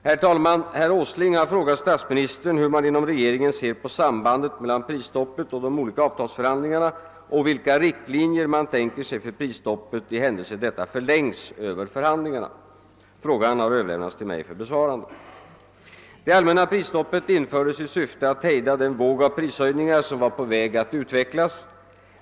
Vidare har herr Åsling frågat statsministern hur man inom regeringen ser på sambandet mellan prisstoppet och de olika avtalsförhandlingarna och vilka riktlinjer man tänker sig för prisstoppet i händelse detta förlängs över förhandlingarna. Frågan har överlämnats till mig för besvarande. Det allmänna prisstoppet infördes i syfte att hejda den våg av prishöjningar som var på väg att utvecklas.